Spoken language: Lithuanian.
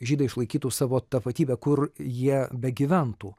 žydai išlaikytų savo tapatybę kur jie begyventų